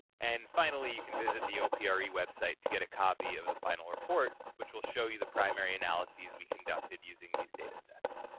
and finally, you can visit the ah opre website to get a copy of the final report, which will show you the primary analyses we conducted using these data sets.